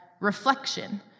reflection